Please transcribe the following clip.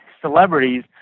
celebrities